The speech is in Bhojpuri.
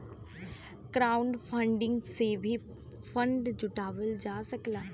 क्राउडफंडिंग से भी फंड जुटावल जा सकला